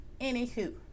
anywho